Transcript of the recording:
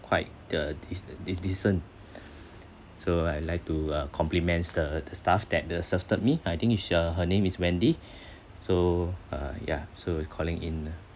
quite the dec~ dec~ decent so I like to uh compliments the the staff that me I think is uh her name is wendy so uh ya so calling in